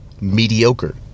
mediocre